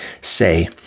say